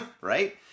right